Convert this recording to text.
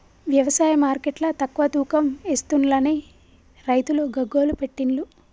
వ్యవసాయ మార్కెట్ల తక్కువ తూకం ఎస్తుంలని రైతులు గగ్గోలు పెట్టిన్లు